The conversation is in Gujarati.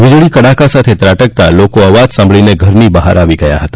વીજળી કડાકા સાથે ત્રાટકતા લોકો અવાજ સાંભળીને ઘરની બહાર આવી ગયા હતા